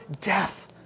death